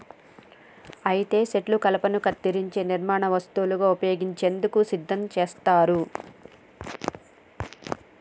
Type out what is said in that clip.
అయితే సెట్లు కలపను కత్తిరించే నిర్మాణ వస్తువుగా ఉపయోగించేందుకు సిద్ధం చేస్తారు